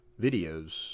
videos